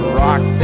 rock